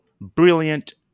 brilliant